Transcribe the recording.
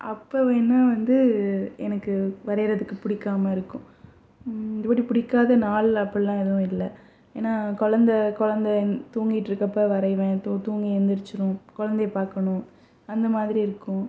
அப்போ வேணா வந்து எனக்கு வரையறதுக்கு பிடிக்காம இருக்கும் பிடிக்காத நாள் அப்படிலாம் எதுவும் இல்லை ஏன்னா கொழந்தை கொழந்தை தூங்கிட்டுருக்கப்போ வரைவேன் தூ தூங்கி எந்திருச்சிடும் குழந்தைய பார்க்கணும் அந்த மாதிரி இருக்கும்